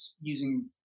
using